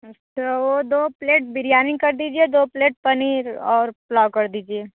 अच्छा ओ दो प्लेट बिरयानी कर दीजिए दो प्लेट पनीर और पुलाव कर दीजिए